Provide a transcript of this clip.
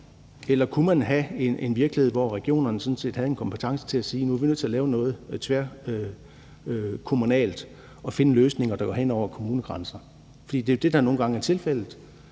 Eller kunne man have en virkelighed, hvor regionerne sådan set havde en kompetence til at sige, at nu er vi nødt til lave noget tværkommunalt og finde løsninger, der går hen over kommunegrænser. For det, der nogle gange er tilfældet,